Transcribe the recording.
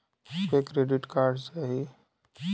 हमके credit card चाही